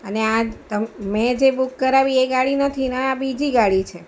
અને આ તમ મેં જે બુક કરાવી એ ગાડી નથી ને આ બીજી ગાડી છે